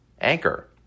Anchor